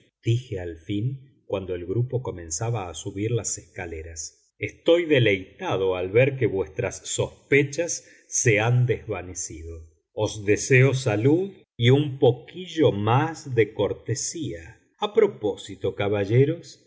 dije al fin cuando el grupo comenzaba a subir las escaleras estoy deleitado al ver que vuestras sospechas se han desvanecido os deseo salud y un poquillo más de cortesía a propósito caballeros